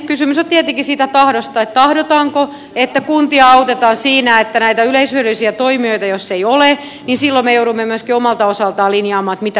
kysymys on tietenkin siitä tahdosta että tahdotaanko että kuntia autetaan siinä että jos näitä yleishyödyllisiä toimijoita ei ole niin silloin me joudumme myöskin omalta osaltamme linjaamaan mitä tehdään